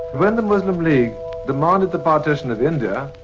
when the muslim league demanded the partition of india,